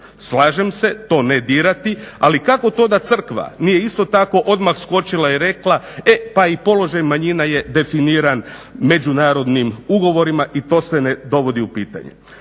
Slažem se, to ne dirati, ali kako to da crkva nije isto tako odmah skočila i reka e pa i položaj manjina je definiran međunarodnim ugovorima i to se ne dovodi u pitanje.